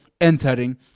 entering